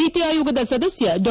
ನೀತಿ ಆಯೋಗದ ಸದಸ್ಯ ಡಾ